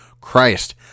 Christ